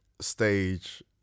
stage